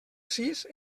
sis